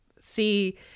see